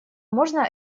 можно